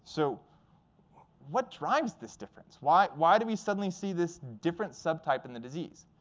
so what drives this difference? why why do we suddenly see this different subtype in the disease?